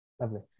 Lovely